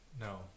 No